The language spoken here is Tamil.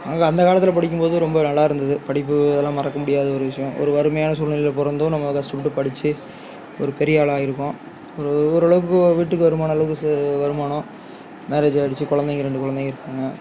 நாங்கள் அந்த காலத்தில் படிக்கும் போது ரொம்ப நல்லா இருந்துது படிப்பு எல்லாம் மறக்க முடியாத ஒரு விஷயோம் ஒரு வறுமையான சூல்நிலையில பிறந்தும் நம்ம கஷ்டப்பட்டு படிச்சு ஒரு பெரிய ஆளாக ஆயிருக்கோம் ஒரு ஓரளவுக்கு வீட்டுக்கு வருமானம் அளவுக்கு சே வருமானம் மேரேஜ் ஆயிடுச்சு குலந்தைங்க ரெண்டு குலந்தைங்க இருக்காங்க